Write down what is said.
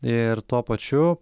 ir tuo pačiu